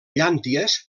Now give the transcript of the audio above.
llànties